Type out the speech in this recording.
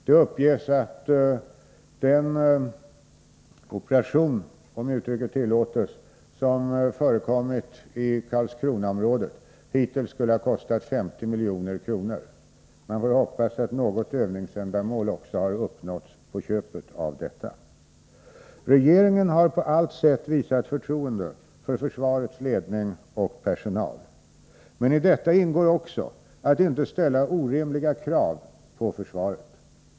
Det uppges att den operation — om uttrycket tillåts — som har pågått i Karlskronaområdet hittills skulle ha kostat 50 milj.kr. Vi får hoppas att något övningsändamål har uppnåtts på köpet. Regeringen har på allt sätt visat förtroende för försvarets ledning och personal. Men häri ingår också att inte ställa orimliga krav på försvaret.